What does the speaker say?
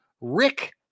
Rick